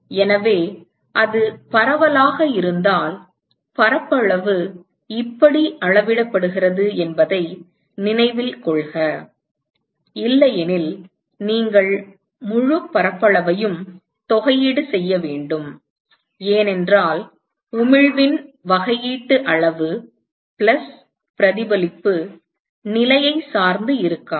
எனவே அது பரவலாக இருந்தால் பரப்பளவு இப்படி அளவிடப்படுகிறது என்பதை நினைவில் கொள்க இல்லையெனில் நீங்கள் முழுப் பரப்பளவையும் தொகையீடு செய்ய வேண்டும் ஏனென்றால் உமிழ்வின் வகையீட்டு அளவு பிளஸ் பிரதிபலிப்பு நிலையைச் சார்ந்து இருக்காது